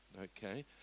okay